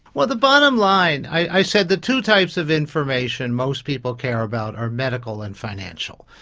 well, the bottom line, i said the two types of information most people care about our medical and financial,